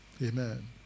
Amen